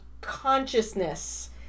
consciousness